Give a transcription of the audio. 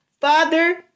Father